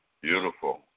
Beautiful